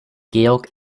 georg